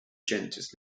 gents